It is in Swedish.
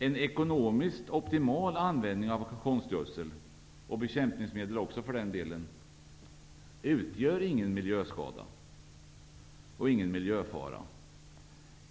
En ekonomiskt optimal användning av konstgödsel och bekämpningsmedel utgör ingen miljöskada eller miljöfara.